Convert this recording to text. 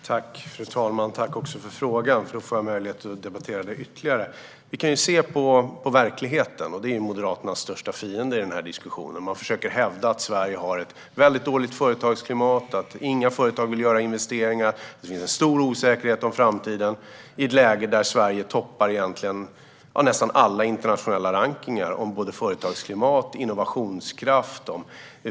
Fru talman! Jag tackar för frågan eftersom jag nu får möjlighet att debattera detta ytterligare. Vi kan se på verkligheten, som ju är Moderaternas största fiende i den här diskussionen. Man försöker hävda att Sverige har ett väldigt dåligt företagsklimat, att inga företag vill göra investeringar och att det finns en stor osäkerhet inför framtiden - i ett läge där Sverige egentligen toppar nästan alla internationella rankningar av både företagsklimat och innovationskraft.